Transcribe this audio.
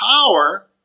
power